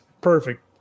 perfect